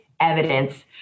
evidence